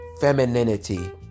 femininity